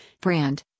brand